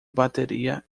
bateria